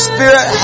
Spirit